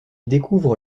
découvre